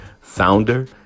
founder